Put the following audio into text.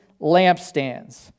lampstands